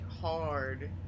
hard